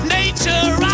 nature